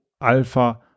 alpha